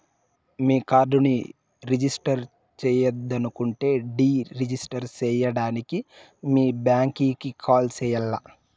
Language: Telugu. మీ కార్డుని రిజిస్టర్ చెయ్యొద్దనుకుంటే డీ రిజిస్టర్ సేయడానికి మీ బ్యాంకీకి కాల్ సెయ్యాల్ల